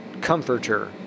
Comforter